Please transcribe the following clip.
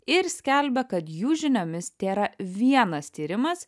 ir skelbia kad jų žiniomis tėra vienas tyrimas